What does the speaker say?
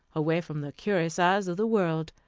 away from the curious eyes of the world,